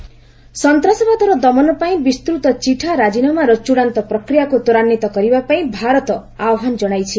VP Serbia ସନ୍ତାସବାଦର ଦମନ ପାଇଁ ବିସ୍ତୃତ ଚିଠା ରାଜିନାମାର ଚୂଡ଼ାନ୍ତ ପ୍ରକ୍ରିୟାକୁ ତ୍ୱରାନ୍ୱିତ କରିବାପାଇଁ ଭାରତ ଆହ୍ବାନ କଶାଇଛି